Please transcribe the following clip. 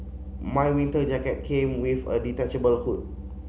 my winter jacket came with a detachable hood